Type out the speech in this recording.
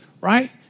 right